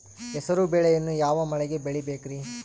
ಹೆಸರುಬೇಳೆಯನ್ನು ಯಾವ ಮಳೆಗೆ ಬೆಳಿಬೇಕ್ರಿ?